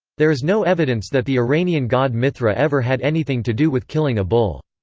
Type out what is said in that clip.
there is no evidence that the iranian god mithra ever had anything to do with killing a bull.